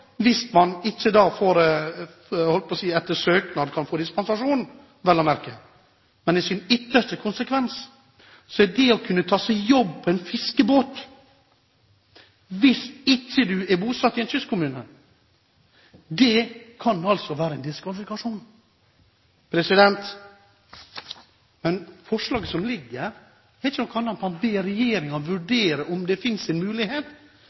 hvis man ikke da etter søknad vel å merke kan få dispensasjon – er på en fiskebåt. I sin ytterste konsekvens kan det altså være en diskvalifikasjon ikke å være bosatt i en kystkommune hvis en tenker på å ta seg jobb på en fiskebåt. Men forslaget som foreligger, er ikke noe annet enn at man ber regjeringen vurdere om det finnes en mulighet